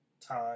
time